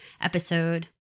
episode